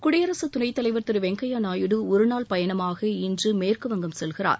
குடியரசு துணைத்தலைவர் திரு வெங்கய்யா நாயுடு ஒருநாள் பயணமாக இன்று மேற்குவங்கம் செல்கிறார்